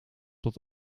dat